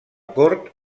cort